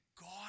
God